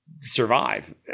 survive